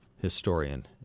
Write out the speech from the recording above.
historian